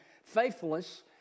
faithless